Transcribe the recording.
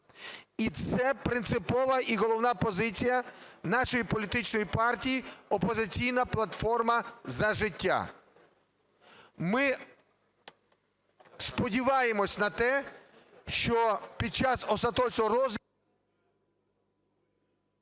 І це принципова і головна позиція нашої політичної партії "Опозиційна платформа - За життя". Ми сподіваємося на те, що під час остаточного розгляду…